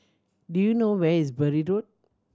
do you know where is Bury Road